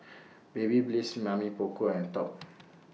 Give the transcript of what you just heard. Babyliss Mamy Poko and Top